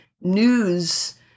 news